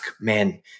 man